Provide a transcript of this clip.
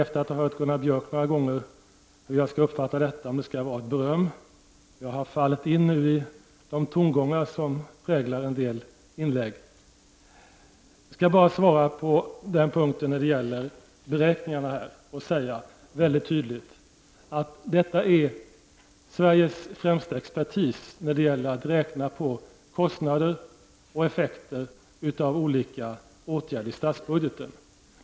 Efter att ha hört Gunnar Björk några gånger vet jag inte hur jag skall uppfatta detta och om det skall vara ett beröm. Jag har nu fallit in i de tongångar som präglar en del inlägg. Jag vill svara på frågan om beräkningarna. Det är Sveriges främsta expertis som har ägnat sig åt att räkna på kostnader och effekter av olika åtgärder i statsbudgeten.